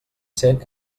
cent